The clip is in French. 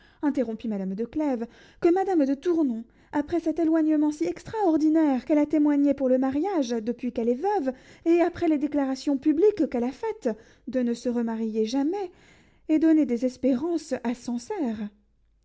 interrompit madame de clèves que madame de tournon après cet éloignement si extraordinaire qu'elle a témoigné pour le mariage depuis qu'elle est veuve et après les déclarations publiques qu'elle a faites de ne se remarier jamais ait donné des espérances à